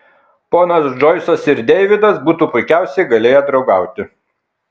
ponas džoisas ir deividas būtų puikiausiai galėję draugauti